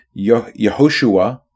Yehoshua